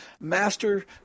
master